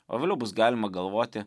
o vėliau bus galima galvoti